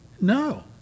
No